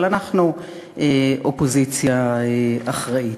אבל אנחנו אופוזיציה אחראית.